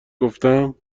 گفتم